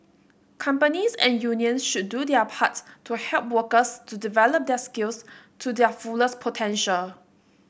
companies and unions should do their part to help workers to develop their skills to their fullest potential